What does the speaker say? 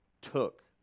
took